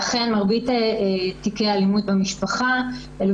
אכן מרבית תיקי האלימות במשפחה אלה